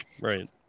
Right